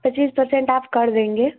पच्चीस percent off कर देंगे